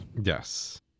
Yes